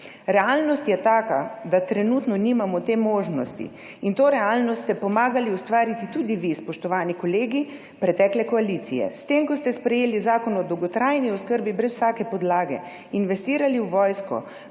Realnost je taka, da trenutno nimamo te možnosti. In to realnost ste pomagali ustvariti tudi vi, spoštovani kolegi pretekle koalicije, s tem, ko ste sprejeli Zakon o dolgotrajni oskrbi brez vsake podlage, investirali v vojsko,